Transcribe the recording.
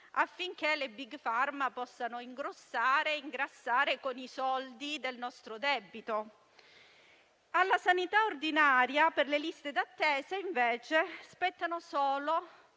affinché le *big pharma* possano ingrassare con i soldi del nostro debito. Alla sanità ordinaria, per le liste d'attesa, spettano